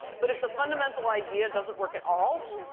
but if the fundamental idea doesn't work at all,